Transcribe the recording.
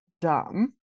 dumb